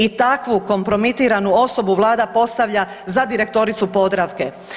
I takvu kompromitiranu osobu vlada postavlja za direktoricu Podravke.